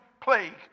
plague